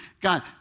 God